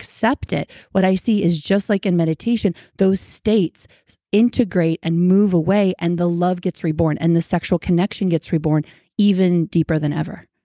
accept it, what i see is just like in meditation, those states integrated and move away and the love gets reborn. and the sexual connection gets reborn even deeper than ever.